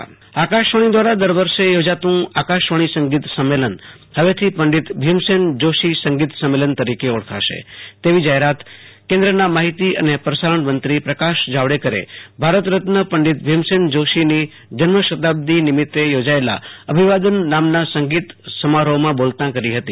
આશુતોષ અંતાણી ભીમસેન જોશીઃ આકાશવાણી દ્વારા દર વર્ષે ચોજાતું આકાશવાણી સંગીત સંમેલન ફવેથી પંડિત ભીમસેન જોશી સંગીત સંમેલન તરીકે ઓળખાશે તૈવી જાફેરાત કેન્દ્રના માહિતી અને પ્રસારણમંત્રી પ્રકાશ જાવડેકરે ભારતરેન્ને પંડિત્ત ભીમસૈન જોંશીની જન્મ શતાબ્દી નિમિત્તે યોજાયેલા અભિવાદન નામના સંગીત સમારોફમૌદ્ધ બૌલતાં કરી ફતી